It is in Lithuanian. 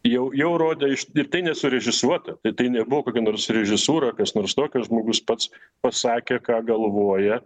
jau jau rodė iš ir tai nesurežisuota tai tai nebuvo kokia nors režisūra kas nors tokio žmogus pats pasakė ką galvoja